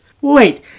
Wait